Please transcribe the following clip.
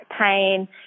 pain